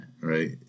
right